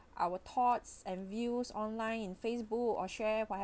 our thoughts and views online in facebook or share what happen